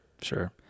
Sure